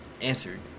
answered